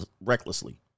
recklessly